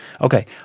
Okay